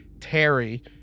Terry